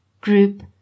group